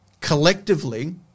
Collectively